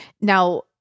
Now